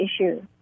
issue